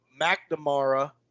McNamara